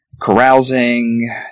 carousing